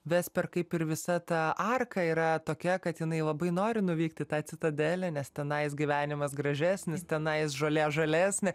vesper kaip ir visa ta arka yra tokia kad jinai labai nori nuvykt į tą citadelę nes tenais gyvenimas gražesnis tenais žolė žalesnė